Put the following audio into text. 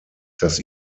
dass